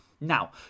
Now